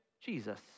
Jesus